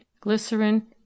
glycerin